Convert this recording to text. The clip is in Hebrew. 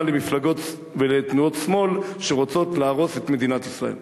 למפלגות ולתנועות שמאל שרוצות להרוס את מדינת ישראל.